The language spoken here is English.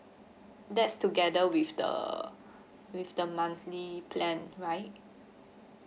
that's together with the with the monthly plan right